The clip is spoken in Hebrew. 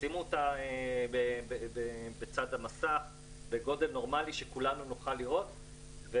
ישימו אותה בצד המסך בגודל נורמלי שכולנו נוכל לראות.